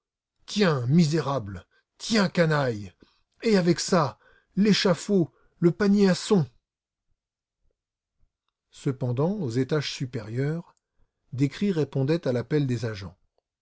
tiens misérable tiens canaille et avec ça l'échafaud le panier de son cependant aux étages supérieurs des cris répondaient à l'appel des agents